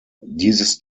dieses